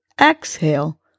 exhale